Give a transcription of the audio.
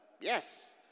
yes